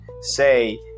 say